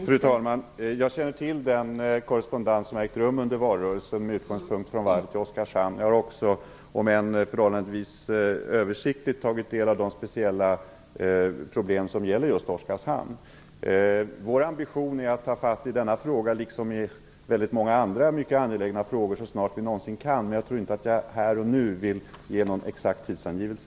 Fru talman! Jag känner till den korrespondens som har ägt rum under valrörelsen angående varvet i Oskarshamn. Jag har också, om än förhållandevis översiktligt, tagit del av de speciella problem som gäller just Oskarshamn. Vår ambition är att ta fatt i denna fråga, liksom i väldigt många andra mycket angelägna frågor, så snart vi någonsin kan. Men jag tror inte att jag här och nu vill ge någon exakt tidsangivelse.